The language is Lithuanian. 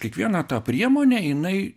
kiekvieną tą priemonę jinai